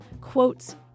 quotes